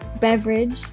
beverage